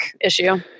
issue